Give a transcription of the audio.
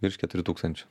virš keturių tūkstančių